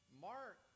Mark